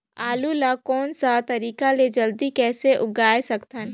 आलू ला कोन सा तरीका ले जल्दी कइसे उगाय सकथन?